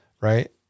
right